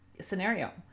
scenario